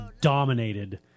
dominated